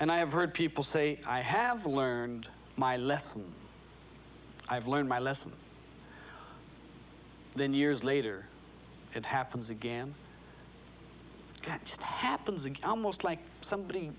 and i have heard people say i have learned my lesson i've learned my lesson then years later it happens again just happens and i almost like somebody